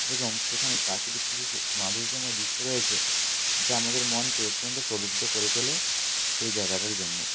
এবং সেখানে প্রাকৃতিক কিছু মাধুর্যময় দিশ্য রয়েছে যা আমাদের মনকে অত্যন্ত প্রলুব্ধ করে তোলে সেই জায়গাটার জন্য